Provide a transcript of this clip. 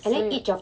so you